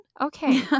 Okay